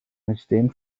entstehen